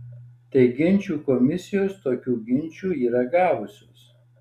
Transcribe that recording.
tai ginčų komisijos tokių ginčų yra gavusios